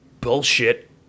bullshit